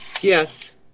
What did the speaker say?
yes